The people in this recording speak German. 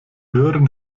hören